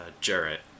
Jarrett